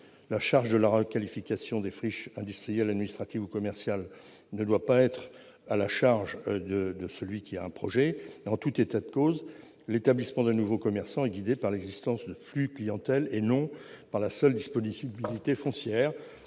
La charge de la requalification des friches industrielles, administratives ou commerciales ne doit effectivement pas être supportée par le porteur d'un futur projet. En tout état de cause, l'établissement d'un nouveau commerçant est guidé par l'existence de flux de clientèle, et non par la seule disponibilité foncière,